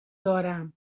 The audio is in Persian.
دارم